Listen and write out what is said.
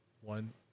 One